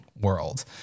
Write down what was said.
world